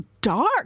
dark